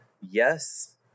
Yes